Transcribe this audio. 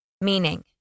Meaning